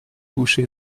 couché